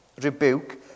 rebuke